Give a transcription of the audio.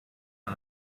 los